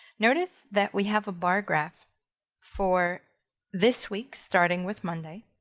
notice that we have a bar graph for this week starting with monday,